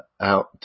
out